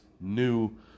new